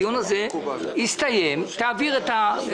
הדיון הסתיים ואתה מתבקש להעביר את הנייר,